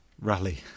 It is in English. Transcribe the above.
rally